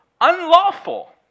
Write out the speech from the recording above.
unlawful